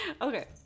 Okay